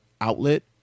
outlet